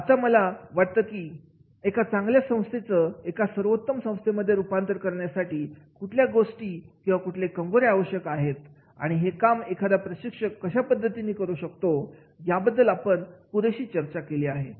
आता मला वाटतं की एका चांगल्या संस्थेचं एका सर्वोत्तम संस्थेमध्ये रूपांतर करण्यासाठी कुठल्या गोष्टी किंवा कुठले कंगोरे आवश्यक आहेत आणि हे काम एखादा प्रशिक्षक कशा पद्धतीने करू शकतो याबद्दल आपण पुरेशी चर्चा केलेली आहे